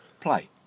play